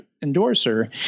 endorser